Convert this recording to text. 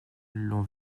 l’on